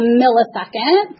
millisecond